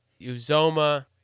Uzoma